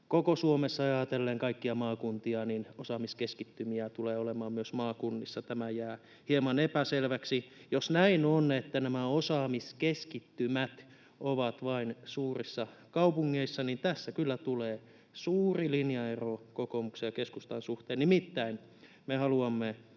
koko Suomessa ajatellen kaikkia maakuntia, että osaamiskeskittymiä tulee olemaan myös maakunnissa? Tämä jää hieman epäselväksi. Jos näin on, että nämä osaamiskeskittymät ovat vain suurissa kaupungeissa, niin tässä kyllä tulee suuri linjaero kokoomuksen ja keskustan suhteen. Nimittäin me haluamme,